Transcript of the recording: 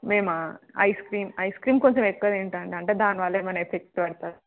మేమా ice cream ice cream కొంచెం ఎక్కువ తింటాము అంటే దాని వల్ల ఏమైనా ఎఫెక్ట్ పడుతుందా